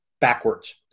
backwards